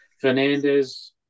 Fernandez